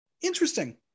Interesting